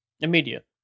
Immediate